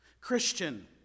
Christian